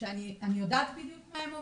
שאני יודעת בדיוק מה הם עוברים,